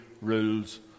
rules